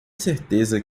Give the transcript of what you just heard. certeza